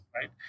right